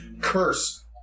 curse